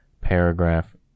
Paragraph